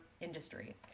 industry